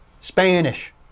Spanish